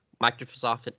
Microsoft